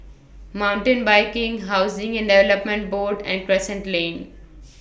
Mountain Biking Housing and Development Board and Crescent Lane